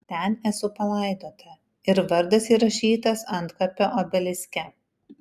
ten esu palaidota ir vardas įrašytas antkapio obeliske